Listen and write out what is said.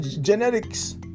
genetics